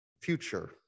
future